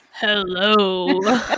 Hello